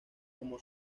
como